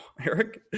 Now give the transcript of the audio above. eric